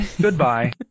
goodbye